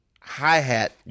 hi-hat